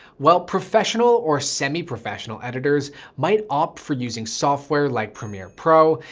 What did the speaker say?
well, professional or semi-professional editors might opt for using software like premiere pro.